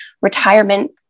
retirement